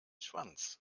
schwanz